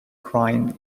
crime